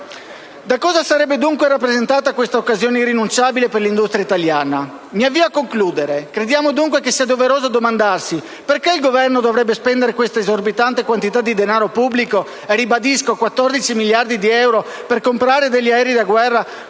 Da cosa sarebbe dunque rappresentata questa occasione irrinunciabile per l'industria italiana? Mi avvio a concludere. Crediamo dunque doveroso domandarsi: perché il Governo dovrebbe spendere questa esorbitante quantità di denaro pubblico (ribadisco che si tratta di 14 miliardi di euro) per comprare degli aerei da guerra